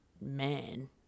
man